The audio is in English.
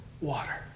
water